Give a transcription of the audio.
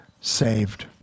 saved